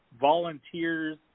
volunteers